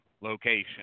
location